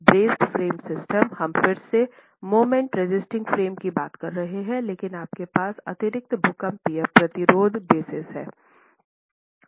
braced frame system हम फिर से मोमेंट रेसिस्टिंग फ्रेम्स की बात कर रहे हैं लेकिन आपके पास अतिरिक्त भूकंपीय प्रतिरोध ब्रेसिज़ हैं